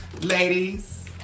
ladies